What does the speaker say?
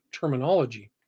terminology